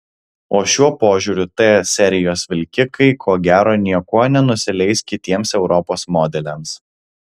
o šiuo požiūriu t serijos vilkikai ko gero niekuo nenusileis kitiems europos modeliams